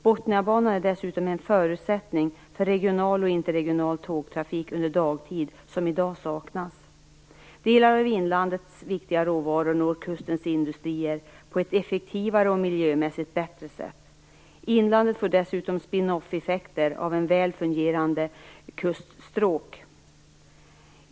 Botniabanan är dessutom en förutsättning för regional och interregional tågtrafik under dagtid som i dag saknas. Delar av inlandets viktiga råvaror når kustens industrier på ett effektivare och miljömässigt bättre sätt. Inlandet får dessutom spin-off-effekter av ett väl fungerande kuststråk.